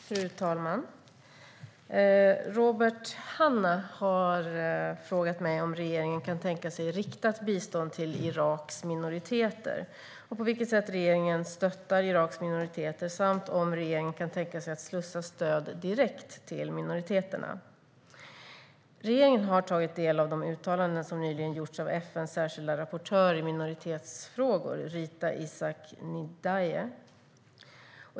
Fru talman! Robert Hannah har frågat mig om regeringen kan tänka sig riktat bistånd till Iraks minoriteter, på vilket sätt regeringen stöttar Iraks minoriteter samt om regeringen kan tänka sig att slussa stöd direkt till minoriteterna. Regeringen har tagit del av de uttalanden som nyligen gjorts av FN:s särskilda rapportör i minoritetsfrågor, Rita Izsák-Ndiaye.